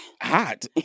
hot